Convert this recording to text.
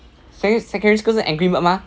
secondar~ secondary school 是 angry bird mah